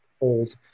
old